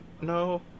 no